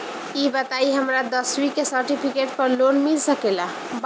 ई बताई हमरा दसवीं के सेर्टफिकेट पर लोन मिल सकेला?